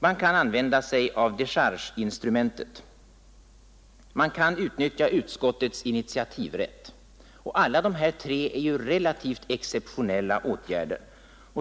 Man kan använda sig av dechargeinstrumentet. Man kan utnyttja utskottets initiativrätt. Dessa tre är relativt exceptionella åtgärder.